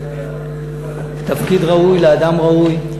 תפקיד ראוי לאדם ראוי.